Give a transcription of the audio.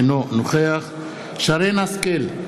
אינו נוכח שרן השכל,